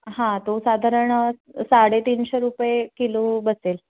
हां तो साधारण साडेतीनशे रुपये किलो बसेल